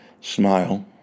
smile